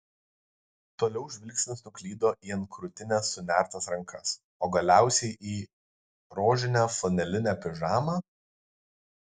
toliau žvilgsnis nuklydo į ant krūtinės sunertas rankas o galiausiai į rožinę flanelinę pižamą